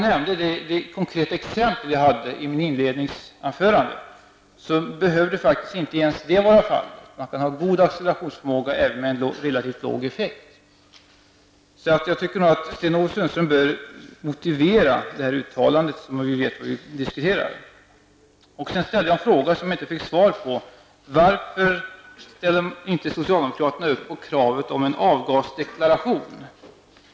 I mitt inledningsanförande gav jag ett konkret exempel. Det exemplet visar att man kan få god accelerationsförmåga även med relativt låg effekt. Sten-Ove Sundström bör motivera sitt uttalande så att vi vet vad vi diskuterar. Jag ställde också följande fråga som jag inte fick svar på: Varför ställer inte socialdemokraterna upp på kravet på en avgasdeklaration?